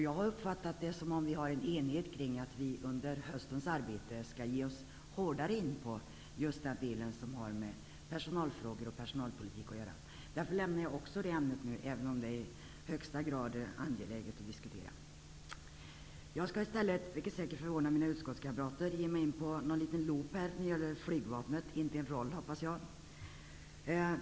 Jag har uppfattat det som om vi är eniga om att vi under höstens arbete skall gå hårdare in på personalfrågor och personalpolitik. Därför lämnar även jag det ämnet nu, även om det i högsta grad är angeläget att diskutera. Jag skall i stället, vilket säkert förvånar mina utskottskamrater, ge mig in på en liten loop när det gäller flygvapnet.